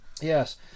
Yes